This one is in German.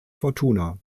fortuna